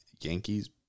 Yankees